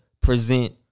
present